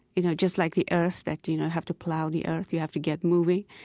you know, just like the earth that, you you know, have to plow the earth, you have to get moving.